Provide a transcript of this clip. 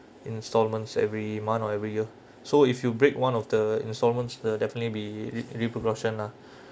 installments every month or every year so if you break one of the installment will definitely be re~ lah